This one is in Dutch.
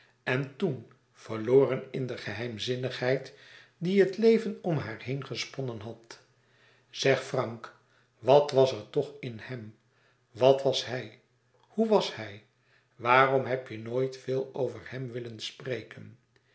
en toen verloren in de geheimzinnigheid die het leven om haar heen gesponnen had zeg frank wat was er toch in hem wat was hij hoe was hij waarom heb je nooit veel over hem willen spreken